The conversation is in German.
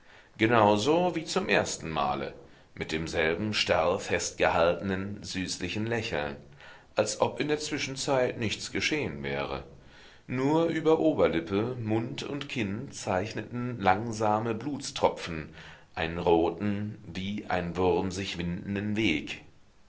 so wie zum ersten male mit demselben starr festgehaltenen süßlichen lächeln als ob in der zwischenzeit nichts geschehen wäre nur über oberlippe mund und kinn zeichneten langsame blutstropfen einen roten wie ein wurm sich windenden weg